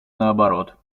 наоборот